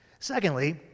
Secondly